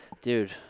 Dude